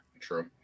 True